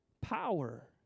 power